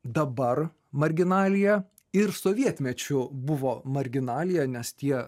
dabar marginalija ir sovietmečiu buvo marginalija nes tie